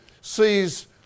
sees